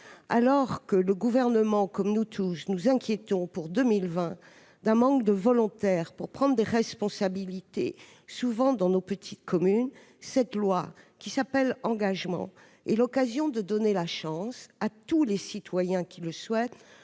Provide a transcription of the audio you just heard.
alors que, le Gouvernement comme nous tous, nous nous inquiétons pour 2020 d'un manque de volontaires pour prendre des responsabilités, souvent dans nos petites communes, cette loi, qui s'appelle Engagement, est l'occasion de donner la chance à tous les citoyens qui le souhaitent